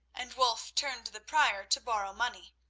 and wulf turned to the prior to borrow money,